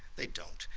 they don't.